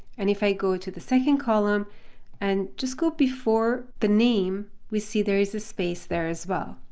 and if i go to the second column and just go before the name, we see there is a space there as well.